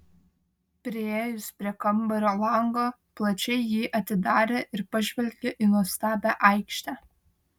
priėjusi prie kambario lango plačiai jį atidarė ir pažvelgė į nuostabią aikštę